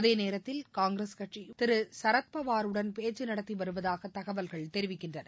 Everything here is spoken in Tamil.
அதே நேரத்தில் காங்கிரஸ் கட்சியும் திரு சரத்பவாருடன் பேச்சு நடத்தி வருவதாக தகவல்கள் தெரிவிக்கின்றன